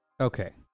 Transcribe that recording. Okay